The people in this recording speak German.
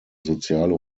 soziale